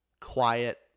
quiet